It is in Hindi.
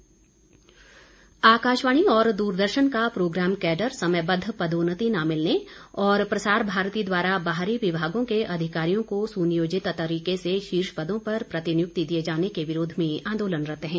आंदोलन आकाशवाणी और दूरदर्शन का प्रोग्राम कैडर समयबद्ध पदोन्नति न मिलने और प्रसार भारती द्वारा बाहरी विभागों के अधिकारियों को सुनियोजित तरीके से शीर्ष पदों पर प्रतिनियुक्ति दिए जाने के विरोध में आंदोलनरत्त हैं